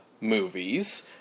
movies